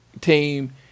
team